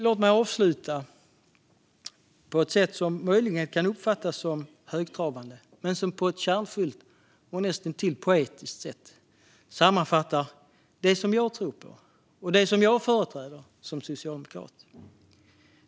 Låt mig avsluta på ett sätt som möjligen kan uppfattas som högtravande men som på ett kärnfullt och näst intill poetiskt sätt sammanfattar det som jag tror på och företräder som socialdemokrat.